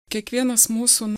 kiekvienas mūsų